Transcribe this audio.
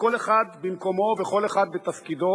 שכל אחד במקומו וכל אחד בתפקידו,